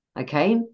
Okay